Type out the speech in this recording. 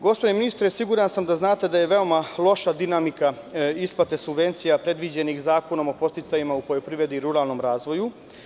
Gospodine ministre, siguran sam da znate da je veoma loša dinamika isplate subvencija predviđenih Zakonom o podsticajima u poljoprivredi i ruralnom razvoju.